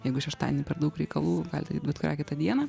jeigu šeštadienį per daug reikalų galit bet kurią kitą dieną